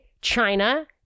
China